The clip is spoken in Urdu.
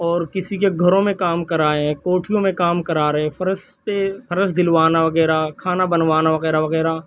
اور کسی کے گھروں میں کام کرائیں کوٹھیوں میں کام کرا رہے ہیں فرش پہ فرش دھلوانا وغیرہ کھانا بنوانا وغیرہ وغیرہ